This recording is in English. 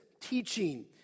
teaching